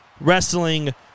Wrestling